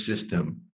system